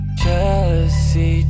jealousy